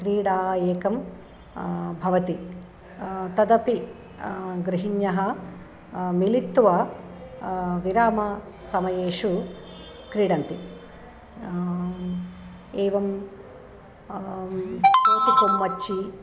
क्रीडा एका भवति तदपि गृहिण्यः मिलित्वा विरामसमयेषु क्रीडन्ति एवं कोतिकोम्मच्ची